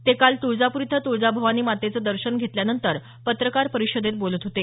ते काल तुळजापूर इथं तुळजाभवानी मातेचं दर्शन घेतल्यानंतर पत्रकार परिषदेत बोलत होते